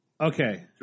Okay